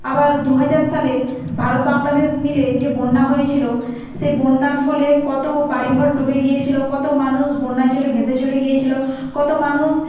আবার দুহাজার সালে ভারত বাংলাদেশ মিলে যে বন্যা হয়েছিল সে বন্যার ফলে কত বাড়ি ঘর ডুবে গিয়েছিল কত মানুষ বন্যার জলে ভেসে চলে গিয়েছিল কত মানুষ